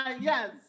yes